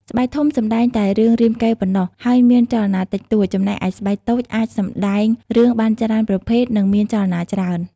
ស្បែកធំសម្ដែងតែរឿងរាមកេរ្តិ៍ប៉ុណ្ណោះ ហើយមានចលនាតិចតួច ចំណែកឯស្បែកតូចអាចសម្ដែងរឿងបានច្រើនប្រភេទ និងមានចលនាច្រើន។